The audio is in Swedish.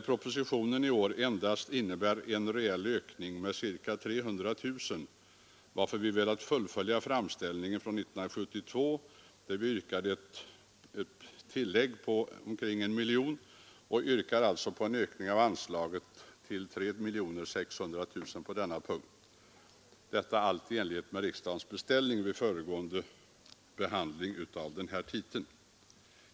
Propositionen av i år innebär endast en reell ökning med ca 300 000 kronor. Vi har därför velat fullfölja framställningen från 1972, då vi yrkade ett tillägg på 1 miljon kronor till förra årets anslag på 2 600 000 kronor. Vi yrkar nu på en ökning av anslaget till Länkrörelsen m.fl. organisationer till 3 600 000 kronor — allt i enlighet med riksdagens beställning till Kungl. Maj:t vid föregående års behandling av denna titel.